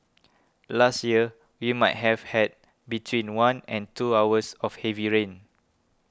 last year we might have had between one and two hours of heavy rain